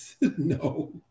No